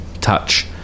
touch